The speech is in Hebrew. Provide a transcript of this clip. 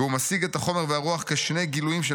והוא משיג את החומר והרוח כשני גילויים של